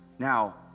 Now